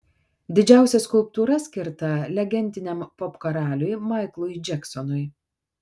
didžiausia skulptūra skirta legendiniam popkaraliui maiklui džeksonui